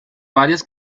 varias